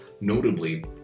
Notably